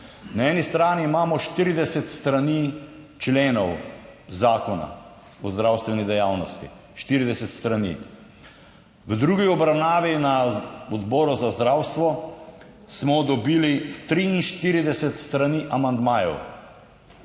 Na eni strani imamo 40 strani členov Zakona o zdravstveni dejavnosti, 40 strani. V drugi obravnavi na Odboru za zdravstvo smo dobili 43 strani amandmajev.